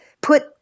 put